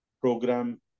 program